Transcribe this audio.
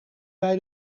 bij